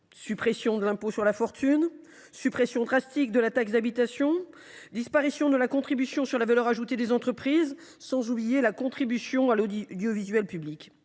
suppression de l’impôt sur la fortune, suppression drastique de la taxe d’habitation, disparition de la cotisation sur la valeur ajoutée des entreprises, sans oublier la contribution à l’audiovisuel public.